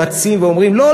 רצים ואומרים: לא,